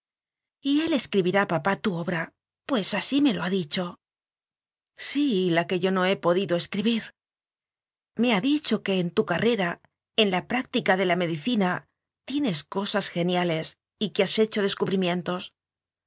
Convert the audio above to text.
padre y él escribirá papá tu obra pues así me lo ha dicho sí la que yo no he podido escribir me ha dicho que en tu carrera en la práctica de la medicina tienes cosas genia les y que has hecho descubrimientos